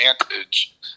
advantage